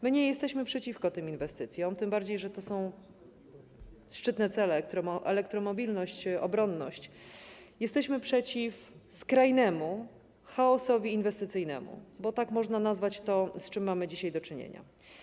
My nie jesteśmy przeciwko tym inwestycjom, tym bardziej że mają one szczytne cele - elektromobilność, obronność, lecz jesteśmy przeciw skrajnemu chaosowi inwestycyjnemu, bo tak można nazwać to, z czym dzisiaj mamy do czynienia.